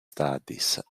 studies